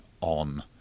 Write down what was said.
on